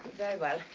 very well.